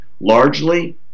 largely